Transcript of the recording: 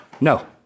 No